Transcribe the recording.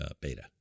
beta